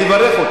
אני אברך אותה.